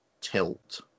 tilt